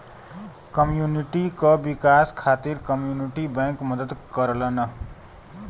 community क विकास खातिर कम्युनिटी बैंक मदद करलन